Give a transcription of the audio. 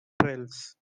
trails